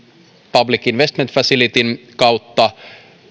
public sector investment facilityn kautta